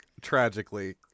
tragically